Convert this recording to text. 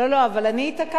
לא, לא, אבל אני התעקשתי.